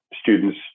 students